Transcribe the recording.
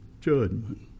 judgment